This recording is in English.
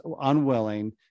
unwilling